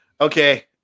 Okay